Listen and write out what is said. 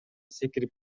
секирип